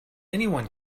anyone